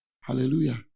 Hallelujah